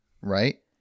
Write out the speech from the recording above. Right